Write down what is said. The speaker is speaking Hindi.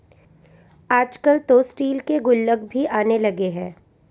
आजकल तो स्टील के गुल्लक भी आने लगे हैं